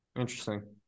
Interesting